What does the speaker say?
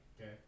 okay